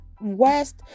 west